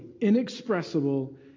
inexpressible